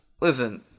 Listen